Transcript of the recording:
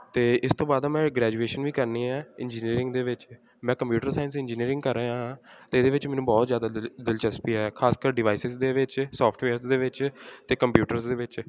ਅਤੇ ਇਸ ਤੋਂ ਬਾਅਦ ਮੈਂ ਗ੍ਰੈਜੂਏਸ਼ਨ ਵੀ ਕਰਨੀ ਹੈ ਇੰਜਨੀਅਰਿੰਗ ਦੇ ਵਿੱਚ ਮੈਂ ਕੰਪਿਊਟਰ ਸਾਇੰਸ ਇੰਜੀਨੀਅਰਿੰਗ ਕਰ ਰਿਹਾ ਹਾਂ ਅਤੇ ਇਹਦੇ ਵਿੱਚ ਮੈਨੂੰ ਬਹੁਤ ਜ਼ਿਆਦਾ ਦਿਲ ਦਿਲਚਸਪੀ ਹੈ ਖ਼ਾਸ ਕਰ ਡਿਵਾਈਸਿਸ ਦੇ ਵਿੱਚ ਸੋਫਟਵੇਅਰਸ ਦੇ ਵਿੱਚ ਅਤੇ ਕੰਪਿਊਟਰਸ ਦੇ ਵਿੱਚ